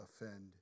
offend